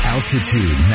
Altitude